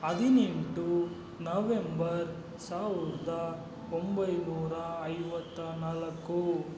ಹದಿನೆಂಟು ನವೆಂಬರ್ ಸಾವಿರ್ದ ಒಂಬೈನೂರ ಐವತ್ತ ನಾಲ್ಕು